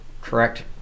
correct